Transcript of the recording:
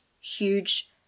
huge